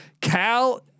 Cal